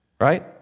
right